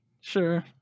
sure